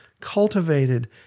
cultivated